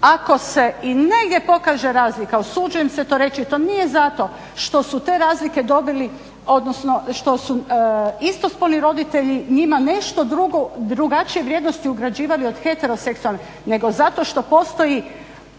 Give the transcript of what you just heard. Ako se i negdje pokaže razlika usuđujem se to reći to nije zato što su te razlike dobili, odnosno što su istospolni roditelji njima nešto drugo, drugačije vrijednosti ugrađivali od heteroseksualnih nego zato što postoji